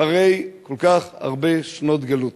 אחרי כל כך הרבה שנות גלות.